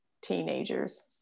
teenagers